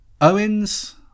Owens